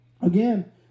again